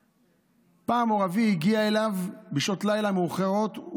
פעם מור אבי הגיע אליו בשעות לילה מאוחרות.